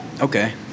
okay